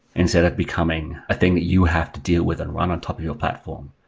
instead of becoming a thing that you have to deal with and run on top of your platform.